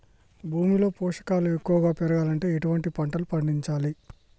భూమిలో పోషకాలు ఎక్కువగా పెరగాలంటే ఎటువంటి పంటలు పండించాలే?